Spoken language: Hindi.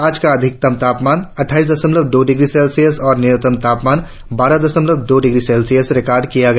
आज का अधिकतम तापमान अट्ठाईस दशमलव दो डिग्री सेल्सियस और न्यूनतम तापमान बारह दशमलव दो डिग्री सेल्सियस रिकार्ड किया गया